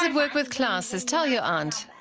um work with classes? tell your aunt!